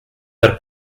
der